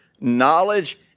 knowledge